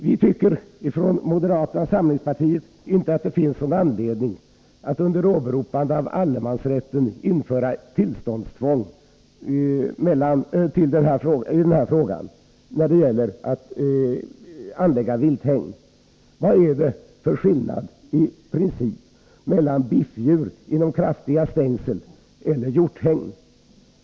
Vi från moderata samlingspartiet tycker inte att det finns någon anledning att under åberopande av allemansrätten införa ett tillståndstvång för uppförande av vilthägn. Vad är det för principiell skillnad mellan biffdjur inom kraftiga stängsel och ett hjorthägn?